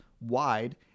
wide